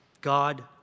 God